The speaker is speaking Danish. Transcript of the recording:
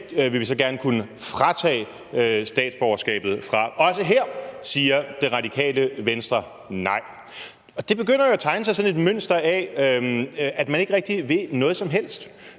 dem vil vi så gerne kunne fratage statsborgerskabet. Også her siger Det Radikale Venstre nej. Der begynder jo at tegne sig sådan et mønster af, at man ikke rigtig vil noget som helst.